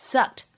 Sucked